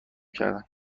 کردن